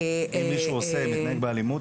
אם מישהו עושה מתנהג באלימות,